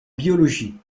biologie